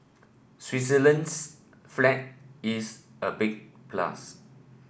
Switzerland's flag is a big plus